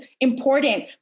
important